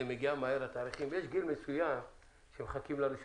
הגיע ה-1